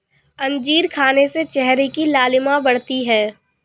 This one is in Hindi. अंजीर खाने से चेहरे की लालिमा बढ़ती है